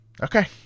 Okay